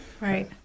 Right